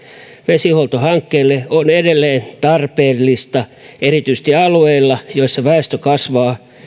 vesihuoltohankkeille on edelleen tarpeellista erityisesti alueilla joilla väestö kasvaa